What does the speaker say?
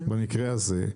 במקרה הזה,